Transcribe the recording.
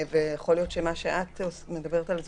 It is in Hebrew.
יכול להיות שמה שמיכל וונש קוטלר מדברת עליו,